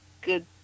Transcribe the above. good